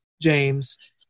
James